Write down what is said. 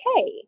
okay